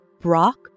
Brock